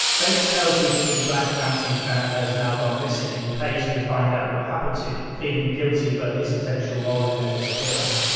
bates tells you that the black mountain clan has gone missing and he pays you to find out what happened to them, feeling guilty for his potential role in their disappearance.